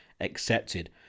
accepted